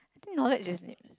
I think knowledge is ne~